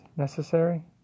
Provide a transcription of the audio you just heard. necessary